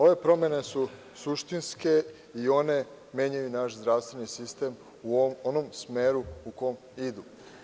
Ove promene su suštinske i one menjaju naš zdravstveni sistem u onom smeru u kom idu.